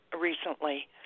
recently